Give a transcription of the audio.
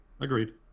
Agreed